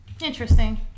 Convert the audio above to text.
Interesting